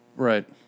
Right